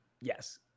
Yes